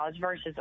versus